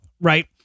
Right